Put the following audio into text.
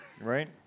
Right